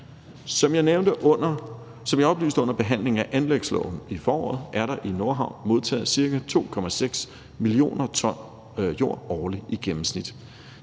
Som jeg oplyste under behandlingen af anlægsloven i foråret, er der i Nordhavn modtaget ca. 2,6 mio. t jord årligt i gennemsnit.